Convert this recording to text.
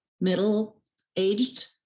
middle-aged